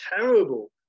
terrible